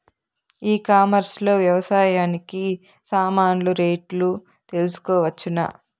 E commerce లో వ్యవసాయానికి సామాన్లు రేట్లు తెలుసుకోవచ్చునా?